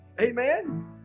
Amen